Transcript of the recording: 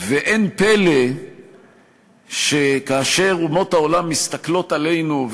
ואין פלא שכאשר אומות העולם מסתכלות עלינו,